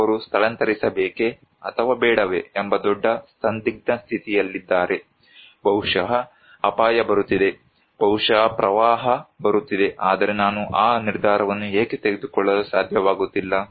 ಅವರು ಸ್ಥಳಾಂತರಿಸಬೇಕೆ ಅಥವಾ ಬೇಡವೇ ಎಂಬ ದೊಡ್ಡ ಸಂದಿಗ್ಧ ಸ್ಥಿತಿಯಲ್ಲಿದ್ದಾರೆ ಬಹುಶಃ ಅಪಾಯ ಬರುತ್ತಿದೆ ಬಹುಶಃ ಪ್ರವಾಹ ಬರುತ್ತಿದೆ ಆದರೆ ನಾನು ಆ ನಿರ್ಧಾರವನ್ನು ಏಕೆ ತೆಗೆದುಕೊಳ್ಳಲು ಸಾಧ್ಯವಾಗುತ್ತಿಲ್ಲ